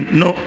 no